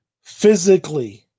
physically